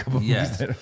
Yes